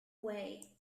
whey